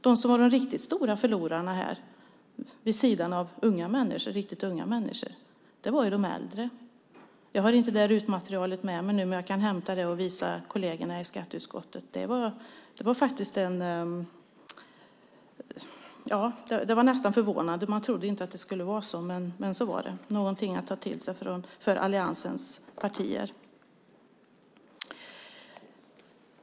De som var de riktigt stora förlorarna vid sidan av riktigt unga människor var de äldre. Jag har inte utredningsmaterialet med mig nu, men jag kan hämta det och visa det för kollegerna i skatteutskottet. Det var nästan förvånande. Man trodde inte att det skulle vara så, men så var det. Det är någonting att ta till sig för alliansens partier.